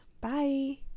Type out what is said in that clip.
Bye